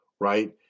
right